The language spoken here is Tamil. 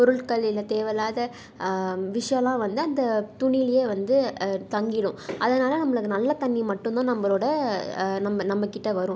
பொருட்கள் இல்லை தேவையில்லாத விஷம்லாம் வந்து அந்த துணியிலேயே வந்து தங்கிவிடும் அதனால் நம்மளுக்கு நல்ல தண்ணி மட்டும் தான் நம்மளோடய நம்ம நம்மக்கிட்டே வரும்